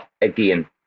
again